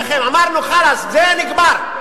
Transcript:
להזכיר לכם, אמרנו: חלאס, זה נגמר.